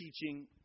teaching